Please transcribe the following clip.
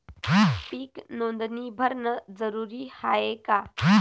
पीक नोंदनी भरनं जरूरी हाये का?